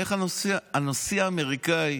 איך הנשיא האמריקאי